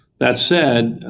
that said,